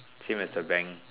same as the bank